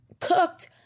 cooked